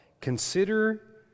consider